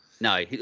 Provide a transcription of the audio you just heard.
No